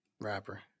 rapper